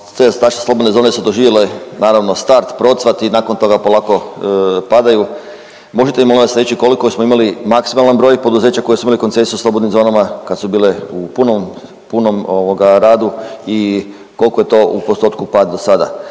… naše slobodne zone su doživjele naravno start, procvat i nakon toga polako padaju, možete li mi molim vas reći koliko smo imali maksimalan broj poduzeća koji su imali koncesiju u slobodnim zonama kad su bile u punom radu i koliko je to u postotku pad do sada,